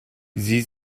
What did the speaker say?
sie